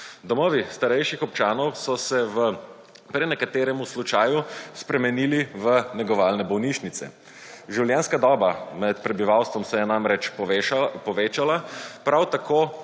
Domovi starejših občanov so se v prenekateremu slučaju spremenili v negovalne bolnišnice. Življenjska doba med prebivalstvom se je namreč povečala, prav tako